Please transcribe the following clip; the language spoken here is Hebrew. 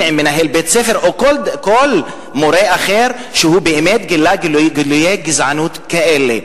עם מנהל בית-ספר או כל מורה אחר שבאמת גילה גילויי גזענות כאלה.